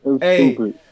hey